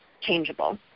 changeable